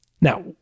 Now